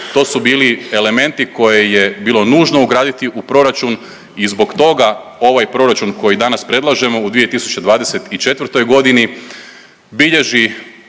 To su bili elementi koje je bilo nužno ugraditi u proračun i zbog toga ovaj proračun koji danas predlažemo u 2024.g. bilježi